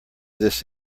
this